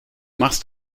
machst